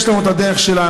יש לנו את הדרך שלנו,